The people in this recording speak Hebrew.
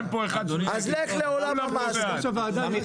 אז לך לעולם המעשה.